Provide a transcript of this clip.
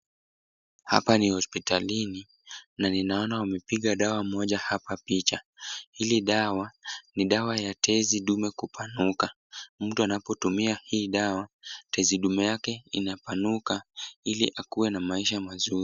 Hapa ni hospitalini na ninaona wamepiga dawa moja hapa picha. Hili dawa ni dawa ya tezindume kupanuka. Mtu anapotumia hii dawa tezindume yake inapanuka ili akuwe na maisha mazuri.